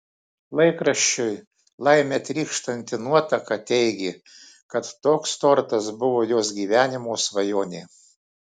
laikraščiui laime trykštanti nuotaka teigė kad toks tortas buvo jos gyvenimo svajonė